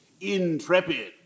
Intrepid